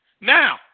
Now